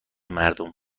مردم